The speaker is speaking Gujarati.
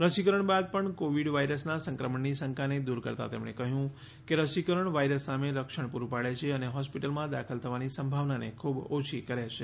રસીકરણ બાદ પણ કોવિડ વાયરસના સંક્રમણની શંકાને દૂર કરતાં તેમણે કહ્યું કે રસીકરણ વાયરસ સામે રક્ષણ પૂરું પાડે છે અને હોસ્પિટલમાં દાખલ થવાની સંભાવનાને ખૂબ ઓછી કરે છે